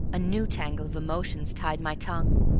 a new tangle of emotions tied my tongue.